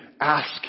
ask